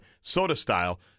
soda-style